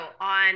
on